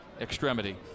extremity